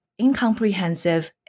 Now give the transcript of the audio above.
incomprehensive